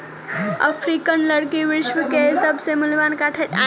African लकड़ी विश्व के सभ से मूल्यवान काठ अछि